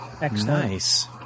nice